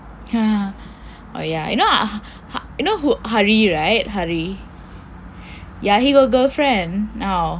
oh ya you know ha~ you know who hari right hari ya he got girlfriend now